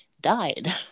died